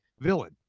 villain